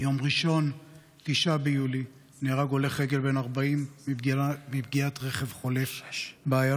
ביום ראשון 9 ביולי נהרג הולך רגל בן 40 מפגיעת רכב חולף באיילון.